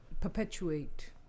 perpetuate